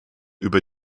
über